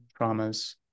traumas